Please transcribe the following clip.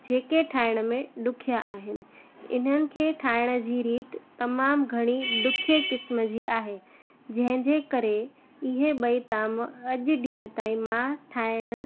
जेके ठाहिण में ॾुखिया आहिनि इन्हनि खे ठाहिण जी रीत तमामु घणी ॾुखे क़िस्म जी आहे जंहिंजे करे इहे ॿई ताम अॼु ॾींहं ताईं मां ठाहिण